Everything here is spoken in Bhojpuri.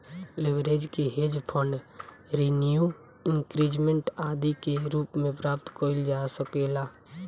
लेवरेज के हेज फंड रिन्यू इंक्रीजमेंट आदि के रूप में प्राप्त कईल जा सकेला